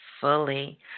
fully